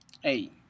hey